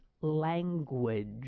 language